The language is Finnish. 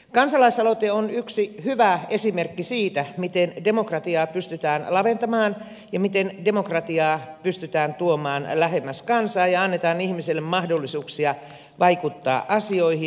kansalaisaloite on yksi hyvä esimerkki siitä miten demokratiaa pystytään laventamaan ja tuomaan lähemmäs kansaa ja antamaan ihmiselle mahdollisuuksia vaikuttaa asioihin